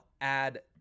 add